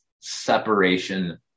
separation